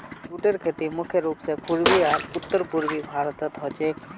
जूटेर खेती मुख्य रूप स पूर्वी आर उत्तर पूर्वी भारतत ह छेक